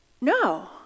No